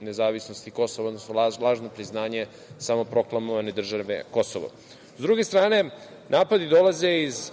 nezavisnosti Kosova, odnosno lažno priznanje samoproklamovane države Kosovo.S